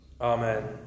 Amen